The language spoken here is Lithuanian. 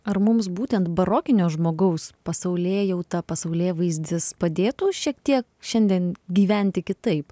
ar mums būtent barokinio žmogaus pasaulėjauta pasaulėvaizdis padėtų šiek tiek šiandien gyventi kitaip